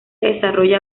desarrolla